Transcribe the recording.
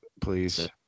please